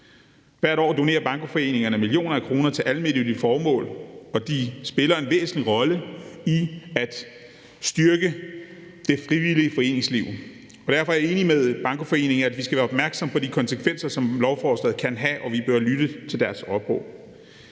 Hvert år donerer bankoforeningerne millioner af kroner til almennyttige formål, og de spiller en væsentlig rolle i at styrke det frivillige foreningsliv. Og derfor er jeg enig med Bankoforeningerne i Danmark i, at vi skal være opmærksomme på de konsekvenser, som lovforslaget kan have, og vi bør lytte til deres opråb.